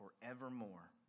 forevermore